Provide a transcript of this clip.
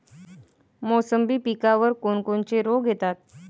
मोसंबी पिकावर कोन कोनचे रोग येतात?